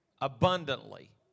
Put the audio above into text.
abundantly